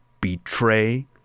betray